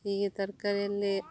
ಹೀಗೆ ತರಕಾರಿಯಲ್ಲಿ